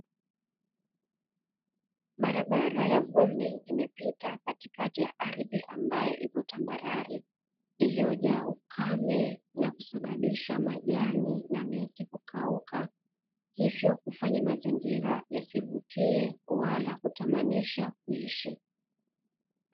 Barabara ya vumbi imepita katikati ya ardhi ambayo ipo tambarare, iliyojaa ukame na kusababisha majani na miti kukauka, hivyo kufanya mazingira yasivutie wala kutamanisha kuishi.